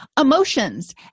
Emotions